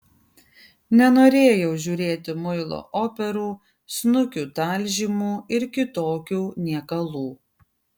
nenorėjau žiūrėti muilo operų snukių talžymų ir kitokių niekalų